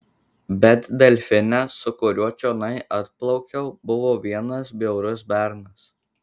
bet delfine su kuriuo čionai atplaukiau buvo vienas bjaurus bernas